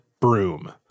broom